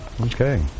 Okay